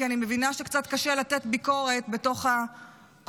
כי אני מבינה שקצת קשה לתת ביקורת בתוך הקואליציה.